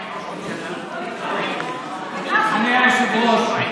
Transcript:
אדוני היושב-ראש,